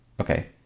okay